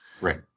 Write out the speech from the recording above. Right